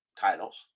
titles